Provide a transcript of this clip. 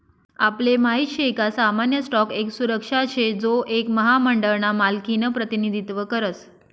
आपले माहित शे का सामान्य स्टॉक एक सुरक्षा शे जो एक महामंडळ ना मालकिनं प्रतिनिधित्व करस